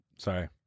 sorry